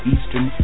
Eastern